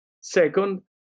Second